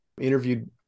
interviewed